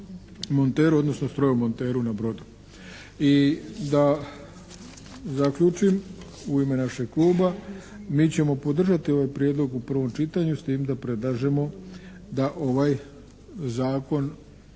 brodomonteru odnosno strojomonteru na brodu. I da zaključim u ime našeg kluba, mi ćemo podržati ovaj prijedlog u prvom čitanju s tim da predlažemo da ovaj zakon